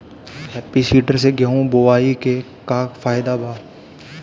Happy seeder से गेहूं बोआई के का फायदा बा?